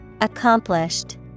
Accomplished